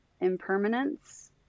impermanence